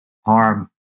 harm